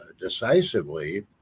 decisively